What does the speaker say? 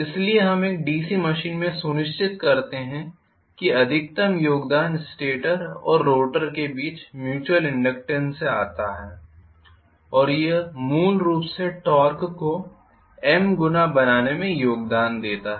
इसलिए हम एक डीसी मशीन में यह सुनिश्चित करते हैं अधिकतम योगदान स्टेटर और रोटर के बीच म्यूच्युयल इनडक्टेन्स से आता है और यह मूल रूप से टॉर्क को M गुना बनाने में योगदान देता है